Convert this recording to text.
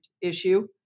issue